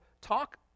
talk